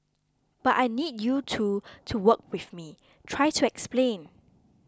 but I need you to to work with me try to explain